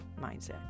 mindset